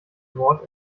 wort